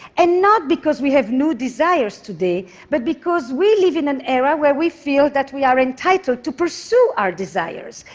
and not because we have new desires today but because we live in an era where we feel that we are entitled to pursue our desires,